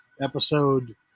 Episode